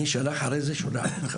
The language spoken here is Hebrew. אני שולח אותו למסע.